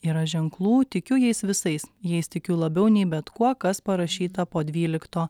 yra ženklų tikiu jais visais jais tikiu labiau nei bet kuo kas parašyta po dvylikto